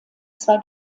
zwei